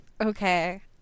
Okay